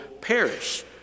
perish